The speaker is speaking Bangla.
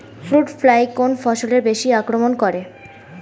ফ্রুট ফ্লাই কোন ফসলে বেশি আক্রমন করে?